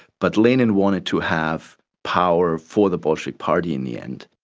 but lenin wanted to have power for the bolshevik party in the end.